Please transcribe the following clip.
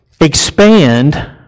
expand